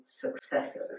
successor